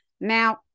Now